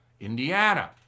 Indiana